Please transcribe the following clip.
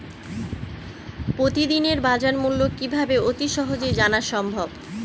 প্রতিদিনের বাজারমূল্য কিভাবে অতি সহজেই জানা সম্ভব?